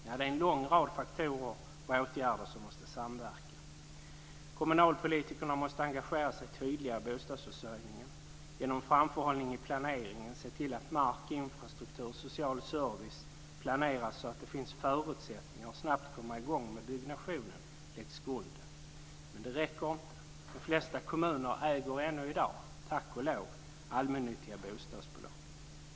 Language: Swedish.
Ja, det är en lång rad faktorer och åtgärder som måste samverka. Kommunalpolitikerna måste engagera sig tydligare i bostadsförsörjningen. Det måste vara framförhållning i planeringen, dvs. grunden läggs genom att se till att mark, infrastruktur och social service planeras så att det finns förutsättningar att snabbt komma i gång med byggnation. Men det räcker inte. De flesta kommuner äger ännu i dag, tack och lov, allmännyttiga bostadsbolag.